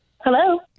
Hello